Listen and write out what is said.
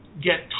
get